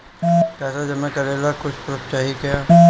पैसा जमा करे ला कुछु पूर्फ चाहि का?